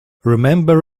remember